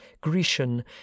grecian